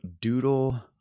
doodle